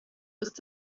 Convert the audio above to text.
ist